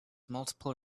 multiple